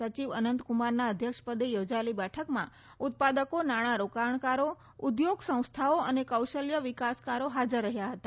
સચિવ અનંતકુંમારના અધ્યક્ષપદે યોજાયેલી બેઠકમાં ઉત્પાદકો નાણાં રોકાજાકારો ઉદ્યોગ સંસ્થાઓ અને કૌશલ્ય વિકાસકારો હાજર રહ્યા હતા